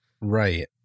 Right